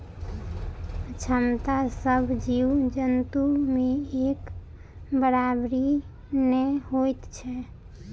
क्षमता सभ जीव जन्तु मे एक बराबरि नै होइत छै